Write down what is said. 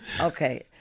Okay